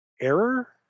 error